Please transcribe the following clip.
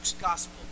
Gospel